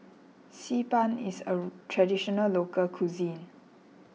Xi Ban is a Traditional Local Cuisine